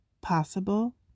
possible